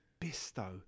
Bisto